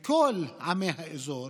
מה לעזאזל